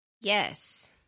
Yes